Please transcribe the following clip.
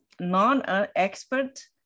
non-expert